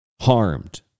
harmed